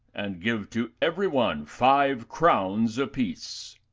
and give to every one five crowns a piece.